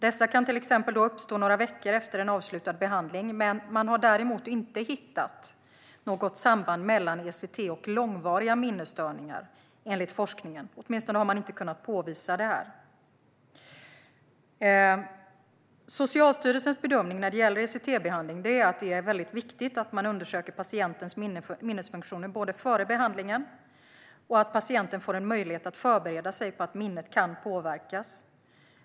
Dessa kan till exempel uppstå några veckor efter en avslutad behandling, men man har däremot inte hittat något samband mellan ECT och långvariga minnesstörningar, enligt forskningen. Åtminstone har man inte kunnat påvisa det. Socialstyrelsens bedömning när det gäller ECT-behandling är att det är väldigt viktigt att man undersöker patientens minnesfunktioner före behandlingen och att patienten får en möjlighet att förbereda sig på att minnet kan påverkas.